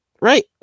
Right